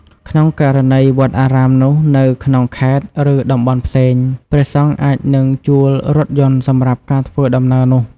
ក្នុងករណី វត្តអារាមនោះនៅក្នុងខេត្ត ឬ តំបន់ផ្សេង ព្រះសង្ឃអាចនឹងជួលរថយន្តសម្រាប់ការធ្វើដំណើរនោះ។